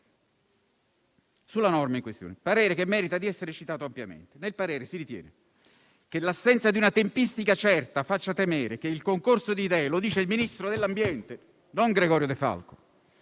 sulla norma in questione, parere che merita di essere citato ampiamente. Nel parere si ritiene che l'assenza di una tempistica certa faccia temere che il concorso di idee previsto nell'articolo 3 - lo